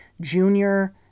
junior